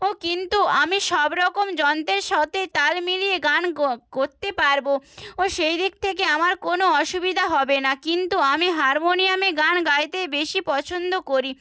ও কিন্তু আমি সবরকম যন্ত্রের সাথে তাল মিলিয়ে গান করতে পারব ও সেইদিক থেকে আমার কোনও অসুবিধা হবে না কিন্তু আমি হারমোনিয়ামে গান গাইতে বেশি পছন্দ করি